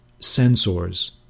sensors